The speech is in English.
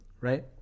right